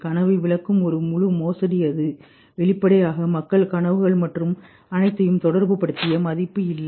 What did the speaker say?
கனவை விளக்கும் ஒரு முழு மோசடி அது வெளிப்படையாக மக்கள் கனவுகள் மற்றும் அனைத்தையும் தொடர்புபடுத்திய மதிப்பு இல்லை